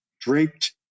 draped